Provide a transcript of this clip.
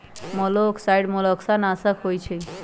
मोलॉक्साइड्स मोलस्का नाशक होइ छइ